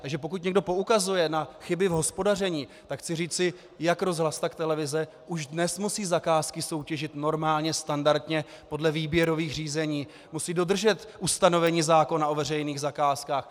Takže pokud někdo poukazuje na chyby v hospodaření, tak chci říci, jak rozhlas, tak i televize už dnes musí zakázky soutěžit normálně standardně podle výběrových řízení, musí dodržet ustanovení zákona o veřejných zakázkách.